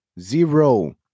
zero